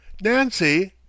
nancy